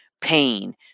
pain